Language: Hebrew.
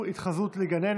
נגד,